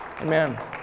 Amen